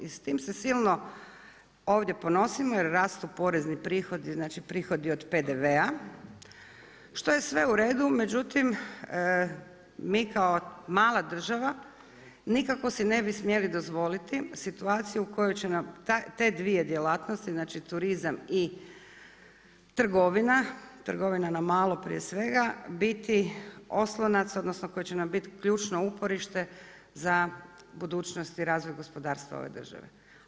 I s tim se silno ovdje ponosimo jer rastu porezni prihodi, znači prihodi od PDV-a, što je sve u redu, međutim mi kao mala država nikako si ne bi smjeli dozvoliti situaciju koja će nam te dvije djelatnosti, znači turizam i trgovina, trgovina na malo prije svega, biti oslonac, odnosno koji će nam biti ključno uporište za budućnost i razvoj gospodarstva ove države.